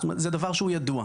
זה דבר שהוא ידוע.